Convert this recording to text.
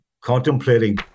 contemplating